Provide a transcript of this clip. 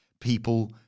people